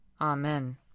Amen